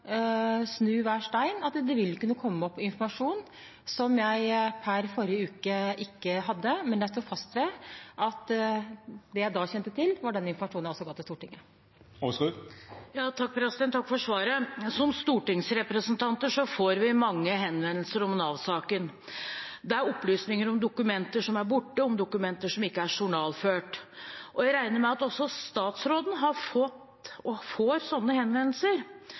snu hver stein, vil det kunne komme opp informasjon som jeg per forrige uke ikke hadde. Men jeg står fast ved at det jeg da kjente til, var den informasjonen jeg også ga til Stortinget. Takk for svaret. Som stortingsrepresentanter får vi mange henvendelser om Nav-saken. Det er opplysninger om dokumenter som er borte, om dokumenter som ikke er journalført. Jeg regner med at også statsråden har fått og får sånne henvendelser.